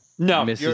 No